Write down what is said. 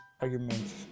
arguments